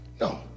no